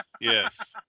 Yes